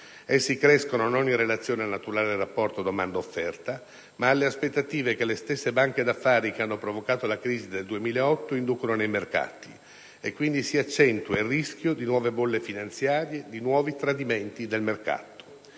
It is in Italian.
prime, non in relazione al naturale rapporto domanda‑offerta, ma alle aspettative che le stesse banche d'affari che hanno provocato la crisi del 2008 inducono nei mercati, con la conseguente accentuazione del rischio di nuove bolle finanziarie e nuovi tradimenti del mercato.